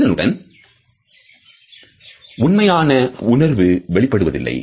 இதனுடன் உண்மையான உணர்வு வெளிப்படுவதில்லை